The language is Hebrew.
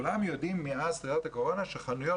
כולם יודעים מאז חנויות הקורונה שחנויות